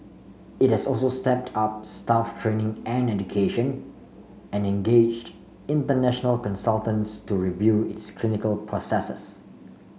it has also stepped up staff training and education and engaged international consultants to review its clinical processes